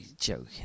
Joking